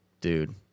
Dude